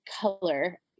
color